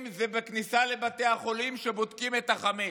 בכניסה לבתי החולים שבודקים את החמץ,